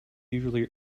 usually